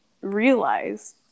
realize